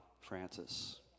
Francis